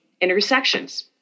intersections